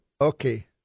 okay